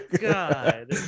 God